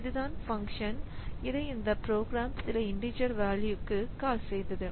இதுதான் பங்க்ஷன் அதை இந்த ப்ரோக்ராம் சில இண்டீஜர் வேல்யூக்கு கால் செய்தது